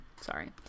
Sorry